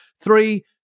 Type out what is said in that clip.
Three